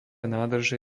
nádrže